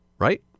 right